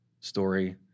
story